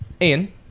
Ian